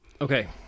Okay